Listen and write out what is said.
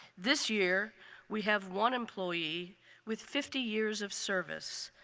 this year we have one employee with fifty years of service,